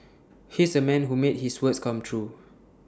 he's A man who made his words come true